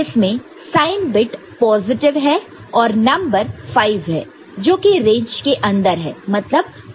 जिसमें sign bit positive है और नंबर 5 है जोकि रेंज के अंदर है मतलब कोई ओवरफ्लो नहीं